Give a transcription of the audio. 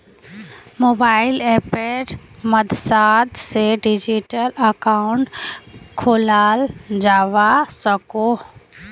mobile अप्पेर मद्साद से डिजिटल अकाउंट खोलाल जावा सकोह